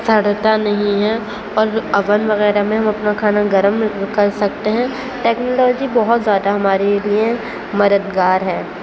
سڑتا نہیں ہے اور اوون وغیرہ میں ہم اپنا کھانا گرم کر سکتے ہیں ٹیکنالوجی بہت زیادہ ہمارے لیے مددگار ہے